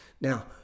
Now